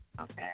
Okay